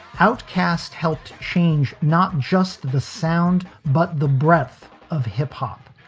outcaste helped change not just the sound, but the breath of hip hop,